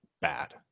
bad